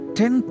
ten